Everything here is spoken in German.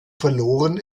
verloren